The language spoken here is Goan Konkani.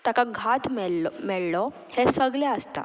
ताका घात मेल्लो मेळ्ळो हें सगलें आसता